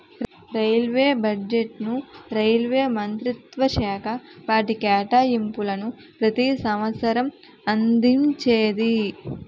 railway బడ్జెట్ను railway మంత్రిత్వశాఖ వాటి కేటాయింపులను ప్రతి సంవసరం అందించేది